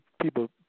People